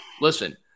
Listen